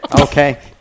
okay